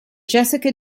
jessica